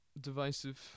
divisive